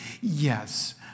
yes